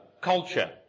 culture